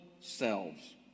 selves